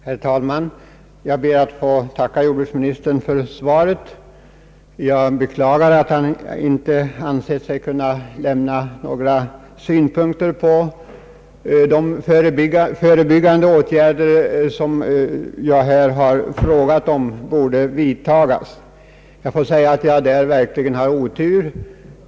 Herr talman! Jag ber att få tacka jordbruksministern för svaret. Jag beklagar att han inte ansett sig kunna lämna några synpunkter på de förebyggande åtgärder, som jag här frågat om och som jag anser borde vidtagas. Det måste sägas att jag i detta fall har verklig otur.